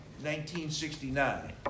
1969